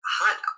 hot